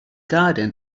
garden